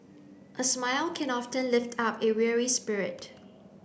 a smile can often lift up a weary spirit